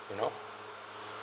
you know